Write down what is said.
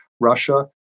Russia